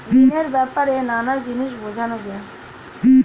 ঋণের ব্যাপারে নানা জিনিস বোঝানো যায়